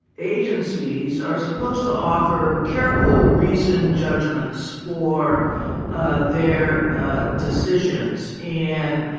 agencies are supposed to offer careful, reasoned judgments for ah their ah decisions. and,